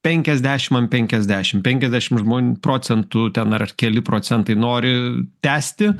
penkiasdešim ant penkiasdešim penkiasdešim žmon procentų ten ar keli procentai nori tęsti